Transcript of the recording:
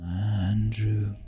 Andrew